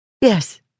Yes